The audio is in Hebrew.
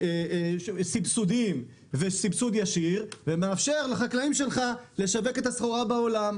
סבסודים וסבסוד ישיר ומאפשר לחקלאים שלך לשווק את הסחורה בעולם.